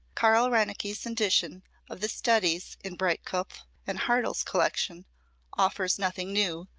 carl reinecke's edition of the studies in breitkopf and hartel's collection offers nothing new,